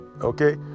okay